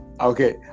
Okay